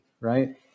right